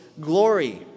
glory